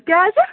کیٛازِ